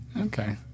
Okay